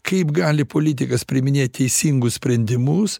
kaip gali politikas priiminėt teisingus sprendimus